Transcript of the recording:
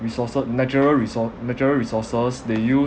resources natural resource natural resources they use